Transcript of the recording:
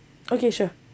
okay sure